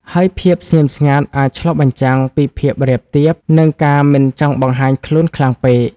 ហើយភាពស្ងៀមស្ងាត់អាចឆ្លុះបញ្ចាំងពីភាពរាបទាប និងការមិនចង់បង្ហាញខ្លួនខ្លាំងពេក។